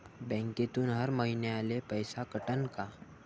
बँकेतून हर महिन्याले पैसा कटन का?